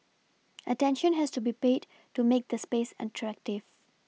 attention has to be paid to make the space attractive